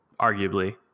arguably